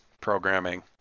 programming